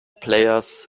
players